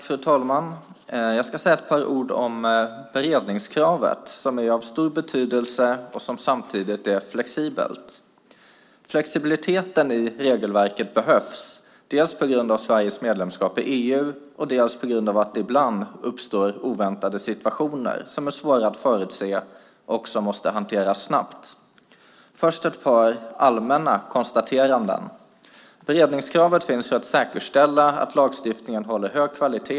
Fru talman! Jag ska säga ett par ord om beredningskravet, som är av stor betydelse och som samtidigt är flexibelt. Flexibiliteten i regelverket behövs, dels på grund av Sveriges medlemskap i EU, dels på grund av att det ibland uppstår oväntade situationer som är svåra att förutse och som måste hanteras snabbt. Först ett par allmänna konstateranden. Beredningskravet finns för att säkerställa att lagstiftningen håller hög kvalitet.